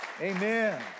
Amen